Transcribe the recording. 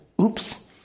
Oops